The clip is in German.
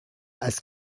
als